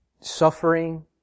suffering